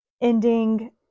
ending